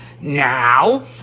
Now